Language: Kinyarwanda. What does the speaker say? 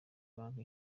banki